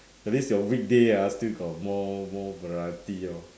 that means your weekday ah still got more more variety lor